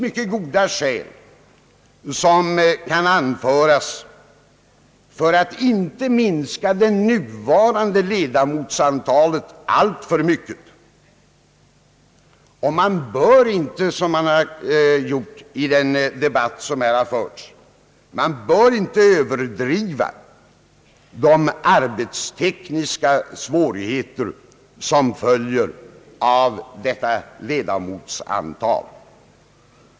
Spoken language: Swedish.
Mycket goda skäl kan anföras för att inte minska det nuvarande ledamotsantalet alltför mycket. Man bör inte som har skett i den här förda debatten överdriva de arbetstekniska svårigheter som följer av detta ledamotsantal.